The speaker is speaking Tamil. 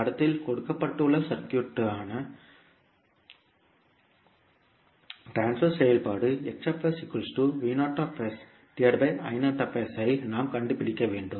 படத்தில் கொடுக்கப்பட்டுள்ள சர்க்யூட்க்கான ட்ரான்ஸ்பர் செயல்பாடு ஐ நாம் கண்டுபிடிக்க வேண்டும்